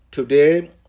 Today